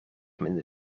minder